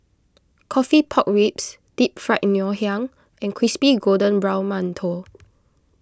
Coffee Pork Ribs Deep Fried Ngoh Hiang and Crispy Golden Brown Mantou